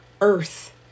earth